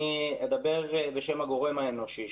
אני אדבר בשם הגורם האנושי,